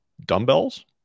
dumbbells